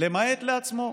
למעט לעצמו.